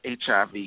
HIV